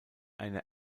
eine